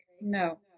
No